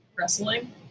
wrestling